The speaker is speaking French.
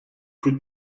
plus